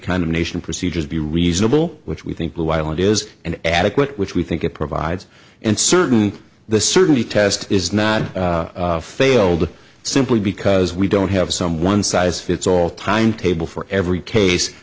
of nation procedures be reasonable which we think will while it is an adequate which we think it provides and certainly the certainly test is not failed simply because we don't have some one size fits all timetable for every case